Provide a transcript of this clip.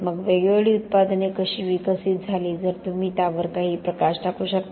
मग वेगवेगळी उत्पादने कशी विकसित झाली जर तुम्ही त्यावर काही प्रकाश टाकू शकता